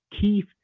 Keith